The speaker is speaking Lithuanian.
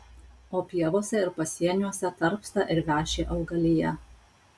o pievose ir pasieniuose tarpsta ir veši augalija